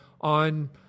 on